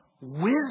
Wisdom